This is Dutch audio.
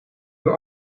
door